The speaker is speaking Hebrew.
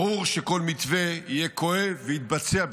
ברור שכל מתווה יהיה כואב ויתבצע בשלבים.